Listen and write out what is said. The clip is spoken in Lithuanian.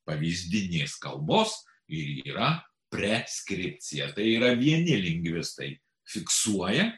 pavyzdinės kalbos ir yra preskripcija tai yra vieni lingvistai fiksuoja